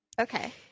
Okay